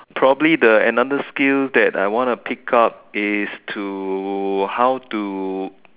probably the another skill that I want to pick up is to how to